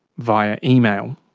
via email.